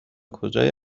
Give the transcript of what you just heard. کجای